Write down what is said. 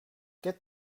get